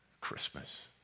Christmas